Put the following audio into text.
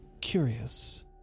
curious